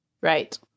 Right